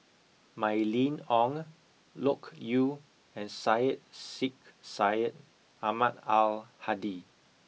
Mylene Ong Loke Yew and Syed Sheikh Syed Ahmad Al Hadi